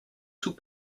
sous